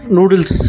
Noodles